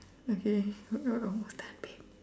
okay al~ almost time